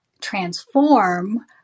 transform